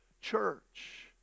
church